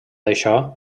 això